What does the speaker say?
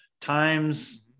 times